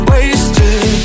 Wasted